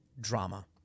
drama